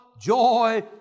joy